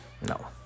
No